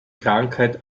krankheit